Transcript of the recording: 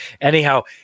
Anyhow